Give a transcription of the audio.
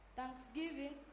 Thanksgiving